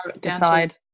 decide